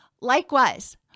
Likewise